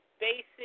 basic